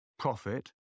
profit